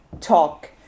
talk